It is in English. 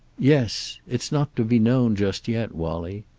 yes. it's not to be known just yet, wallie.